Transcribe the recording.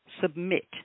submit